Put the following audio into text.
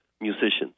musicians